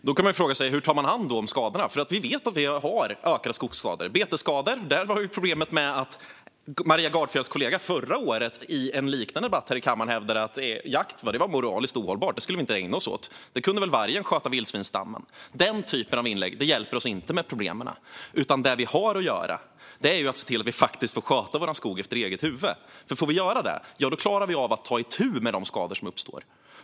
Fru talman! Då kan man fråga sig hur skadorna tas om hand. Vi vet ju att vi har ökade skogsskador. När det gäller betesskador har vi problemet att Maria Gardfjells kollega förra året, i en liknande debatt här i kammaren, hävdade att jakt var moraliskt ohållbart och något vi inte skulle ägna oss åt - vargen kunde väl sköta vildsvinsstammen. Den typen av inlägg hjälper oss inte med problemen. Det vi har att göra är i stället att se till att vi faktiskt får sköta vår skog efter eget huvud, för får vi göra det klarar vi av att ta itu med de skador som uppstår.